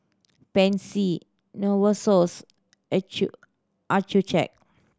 Pansy Novosource Accucheck